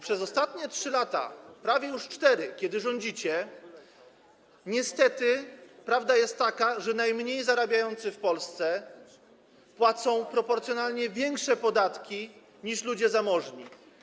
Przez ostatnie 3 lata, już prawie 4, kiedy rządzicie, niestety prawda jest taka, że najmniej zarabiający w Polsce płacą proporcjonalnie większe podatki niż ludzie zamożni.